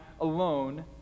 alone